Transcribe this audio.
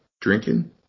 drinking